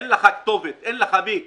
אין לך כתובת, אין לך אל מי לפנות.